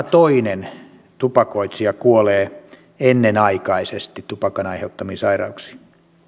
toinen tupakoitsija kuolee ennenaikaisesti tupakan aiheuttamiin sairauksiin